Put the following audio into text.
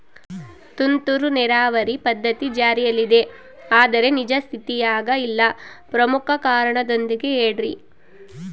ತುಂತುರು ನೇರಾವರಿ ಪದ್ಧತಿ ಜಾರಿಯಲ್ಲಿದೆ ಆದರೆ ನಿಜ ಸ್ಥಿತಿಯಾಗ ಇಲ್ಲ ಪ್ರಮುಖ ಕಾರಣದೊಂದಿಗೆ ಹೇಳ್ರಿ?